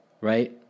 Right